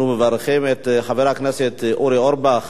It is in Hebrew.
אנחנו מברכים את חבר הכנסת אורי אורבך